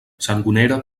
sangonera